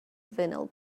vinyl